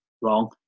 wrong